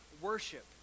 worship